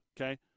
okay